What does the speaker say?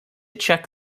check